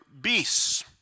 beasts